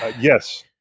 Yes